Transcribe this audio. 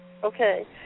okay